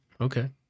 Okay